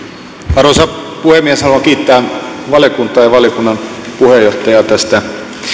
arvoisa puhemies haluan kiittää valiokuntaa ja valiokunnan puheenjohtajaa tästä